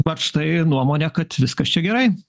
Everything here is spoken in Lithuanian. vat štai nuomonė kad viskas čia gerai